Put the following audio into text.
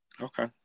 Okay